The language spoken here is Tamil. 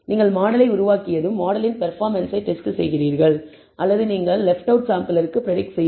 நீங்கள் மாடலை உருவாக்கியதும் மாடலின் பெர்ப்பாமன்ஸ்ஸை டெஸ்ட் செய்கிறீர்கள் அல்லது நீங்கள் லெஃப்ட் அவுட் சாம்பிளிற்கு பிரடிக்ட் செய்யவும்